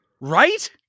Right